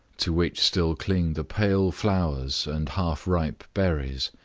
to which still cling the pale flowers and half ripe berries.